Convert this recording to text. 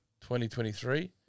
2023